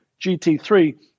gt3